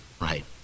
right